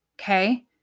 okay